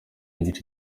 igice